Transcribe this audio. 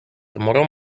tomorrow